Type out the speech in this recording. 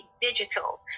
digital